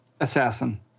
Assassin